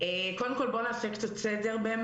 בואו נעשה קצת סדר.